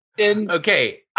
Okay